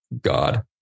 God